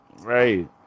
Right